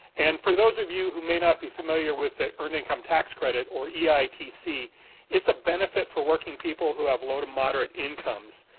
and for those of you who may not be familiar with the earned income tax credit or yeah eitc it's a benefit for working people who have low to moderate incomes.